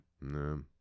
no